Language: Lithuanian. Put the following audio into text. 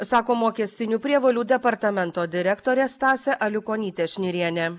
sako mokestinių prievolių departamento direktorė stasė aliukonytė šnirienė